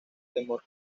temor